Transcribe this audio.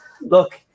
look